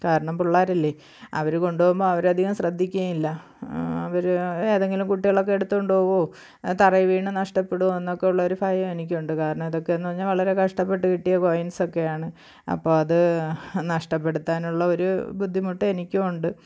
കാരണം പിള്ളാരല്ലെ അവർ കൊണ്ടുപോകുമ്പം അവർ അധികം ശ്രദ്ധിക്കുകയില്ല അവർ ഏതെങ്കിലും കുട്ടികളൊക്കെ എടുത്തു കൊണ്ട് പോവുകയോ തറയിൽ വീണ് നഷ്ടപ്പെടുകയോ എന്നൊക്കെയുള്ള ഒരു ഭയം എനിക്കുണ്ട് കാരണം ഇതൊക്കെ എന്നു പറഞ്ഞാൽ വളരെ കഷ്ടപ്പെട്ടു കിട്ടിയ കോയിന്സൊക്കെയാണ് അപ്പോൾ അത് നഷ്ടപ്പെടുത്താനുള്ള ഒരു ബുദ്ധിമുട്ട് എനിക്കുമുണ്ട്